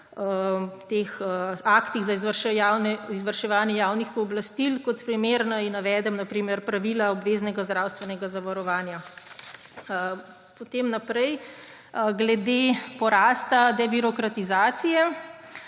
v aktih za izvrševanje javnih pooblastil. Kot primer naj navedem na primer pravila obveznega zdravstvenega zavarovanja. Potem naprej, glede porasta debirokratizacije.